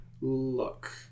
Look